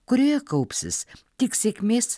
kurioje kaupsis tik sėkmės